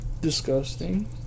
Disgusting